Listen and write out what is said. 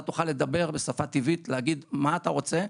אתה תוכל לדבר בשפה טבעית, להגיד מה אתה רוצה.